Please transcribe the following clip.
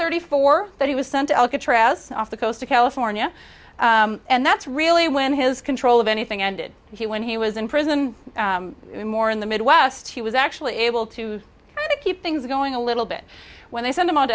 thirty four that he was sent to alcatraz off the coast of california and that's really when his control of anything ended and when he was in prison more in the midwest he was actually able to kind of keep things going a little bit when they sent him o